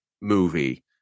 movie